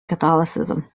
catholicism